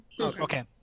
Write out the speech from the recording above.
Okay